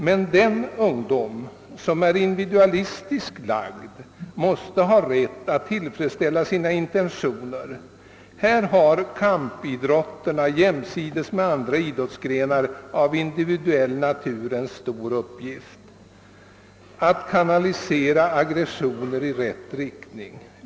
Men den ungdom som är individualistiskt lagd måste ha rätt att tillfredsställa sina intentioner. Här har kampidrotterna jämsides med andra idrottsgrenar av individuell natur en stor uppgift: Att kanalisera aggressioner i rätt riktning.